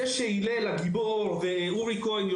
זה שהלל הגיבור ואורי כהן,